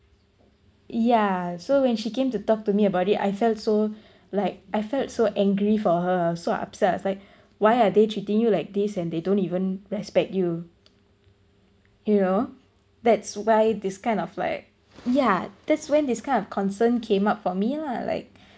yeah so when she came to talk to me about it I felt so like I felt so angry for her so upset I was like why are they treating you like this and they don't even respect you you know that's why this kind of like yeah that's when this kind of concern came up for me lah like